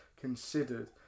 considered